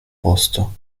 posto